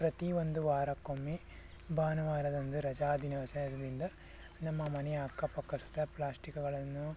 ಪ್ರತಿ ಒಂದು ವಾರಕ್ಕೊಮ್ಮೆ ಭಾನುವಾರದಂದು ರಜಾ ದಿನವು ಸಹ ಇರೋದ್ರಿಂದ ನಮ್ಮ ಮನೆಯ ಅಕ್ಕಪಕ್ಕ ಸುತ್ತ ಪ್ಲ್ಯಾಸ್ಟಿಕ್ಗಳನ್ನು